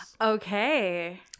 Okay